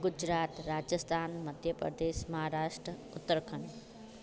Gujarat Rajasthan Madhya Pradesh Maharashtra Uttarakhand